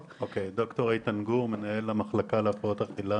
ד"ר איתן גור, מנהל המחלקה להפרעות אכילה